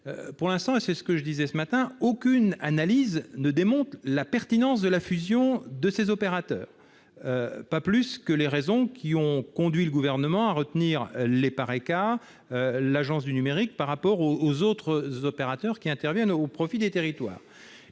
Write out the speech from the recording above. Pour l'instant, je le disais ce matin, aucune analyse ne démontre la pertinence de fusionner tous ces opérateurs, pas plus que les raisons qui ont conduit le Gouvernement à retenir l'EPARECA et l'Agence du numérique de préférence aux autres opérateurs intervenant au profit des territoires.